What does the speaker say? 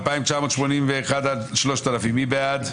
רוויזיה על הסתייגויות 2660-2641, מי בעד?